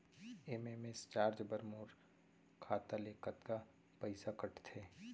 SMS charge बर मोर खाता ले कतका पइसा कटथे?